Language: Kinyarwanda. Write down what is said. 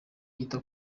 yita